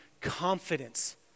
confidence